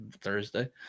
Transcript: thursday